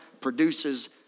produces